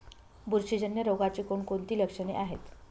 बुरशीजन्य रोगाची कोणकोणती लक्षणे आहेत?